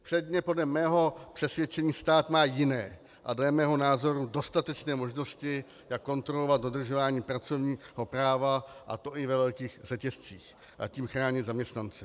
Předně podle mého přesvědčení stát má jiné a dle mého názoru dostatečné možnosti, jak kontrolovat dodržování pracovního práva, a to i ve velkých řetězcích, a tím chránit zaměstnance.